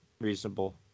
Reasonable